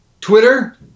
Twitter